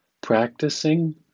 practicing